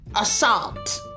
Assault